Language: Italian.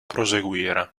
proseguire